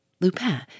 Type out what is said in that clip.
Lupin